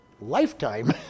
lifetime